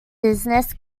business